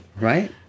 right